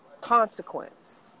consequence